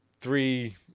three